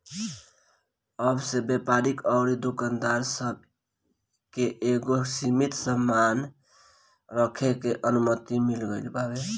अब से व्यापारी अउरी दुकानदार सब के एगो सीमित सामान रखे के अनुमति मिल गईल बावे